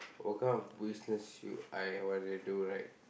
what kind of business you I wanna do right